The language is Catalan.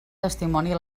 testimoni